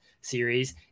series